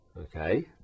okay